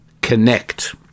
connect